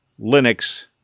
Linux